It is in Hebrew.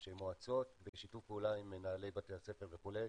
ראשי מועצות בשיתוף פעולה עם מנהלי בתי הספר וכולי.